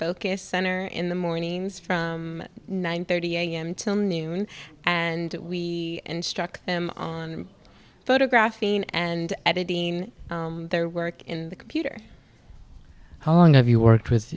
focus center in the mornings from nine thirty am till noon and we instruct them on photographing and editing their work in the computer how long have you worked w